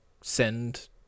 Send